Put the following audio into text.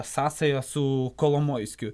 sąsają su kolomoiskiu